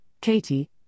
Katie